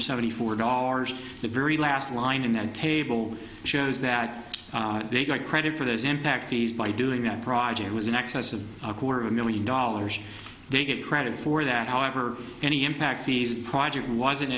seventy four dollars the very last line in that table shows that they got credit for those in fact fees by doing that project was in excess of a quarter of a million dollars they get credit for that however any impact these project wasn't